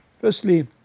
Firstly